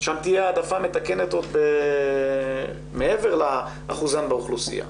שם תהיה העדפה מתקנת מעבר לאחוזון באוכלוסייה.